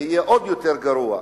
זה יהיה עוד יותר גרוע.